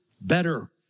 better